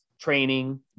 training